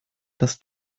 dass